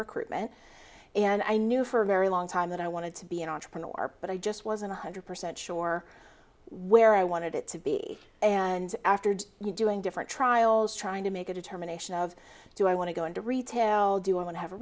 recruitment and i knew for a very long time that i wanted to be an entrepreneur or but i just wasn't one hundred percent sure where i wanted it to be and after doing different trials trying to make a determination of do i want to go into retail do i want to have a